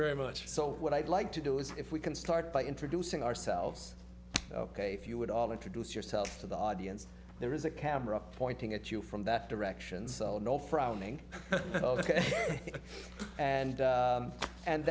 very much so what i'd like to do is if we can start by introducing ourselves ok if you would all introduce yourself to the audience there is a camera pointing at you from that direction so no frowning ok and